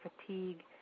fatigue